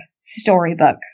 storybook